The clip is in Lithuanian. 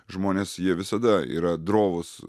žmonės jie visada yra drovūs